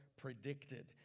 predicted